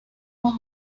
más